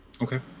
Okay